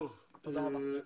תודה רבה.